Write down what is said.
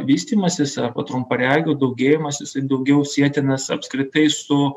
vystymasis arba trumparegių daugėjimas jisai daugiau sietinas apskritai su